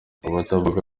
abatavuga